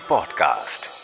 Podcast